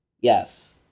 yes